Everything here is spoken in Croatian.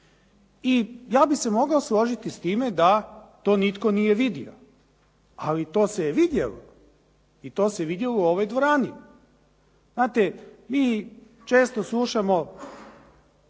I ja bih se mogao složiti s time da to nitko nije vidio, ali to se vidjelo i to se vidjelo u ovoj dvorani. Znate, mi često slušamo